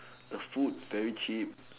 the food is very cheap